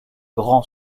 grand